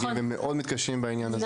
שמאוד מתקשים בעניין הזה.